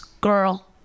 girl